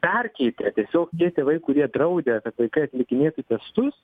perkeitė tiesiog tie tėvai kurie draudė kad vaikai atlikinėtų testus